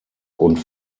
und